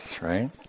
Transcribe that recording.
right